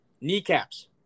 Kneecaps